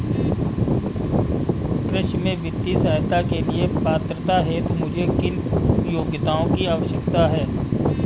कृषि में वित्तीय सहायता के लिए पात्रता हेतु मुझे किन योग्यताओं की आवश्यकता है?